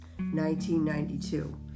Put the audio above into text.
1992